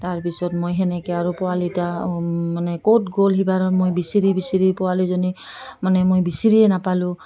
তাৰ পিছত মই সেনেকৈ আৰু পোৱালিটো মানে ক'ত গ'ল সেইবাৰত মই বিচিৰি বিচিৰি পোৱালিজনী মানে মই বিচাৰিয়ে নাপালোঁ